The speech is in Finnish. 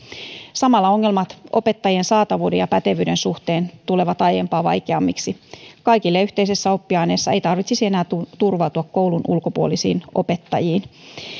samalla ongelmat opettajien saatavuuden ja pätevyyden suhteen tulevat aiempaa vaikeammiksi kaikille yhteisessä oppiaineessa ei tarvitsisi enää turvautua koulun ulkopuolisiin opettajiin